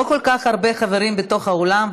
לא כל כך הרבה חברים בתוך האולם,